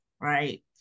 right